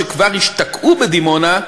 שכבר השתקעו בדימונה,